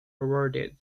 awarded